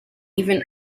even